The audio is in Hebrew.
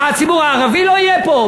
מה, הציבור הערבי לא יהיה פה?